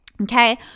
Okay